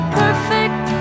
perfect